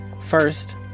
First